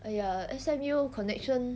!aiya! S_M_U connection